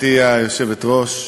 גברתי היושבת-ראש,